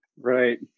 Right